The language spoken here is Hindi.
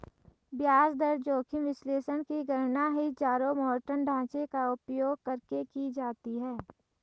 ब्याज दर जोखिम विश्लेषण की गणना हीथजारोमॉर्टन ढांचे का उपयोग करके की जाती है